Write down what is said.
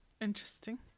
interesting